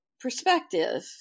perspective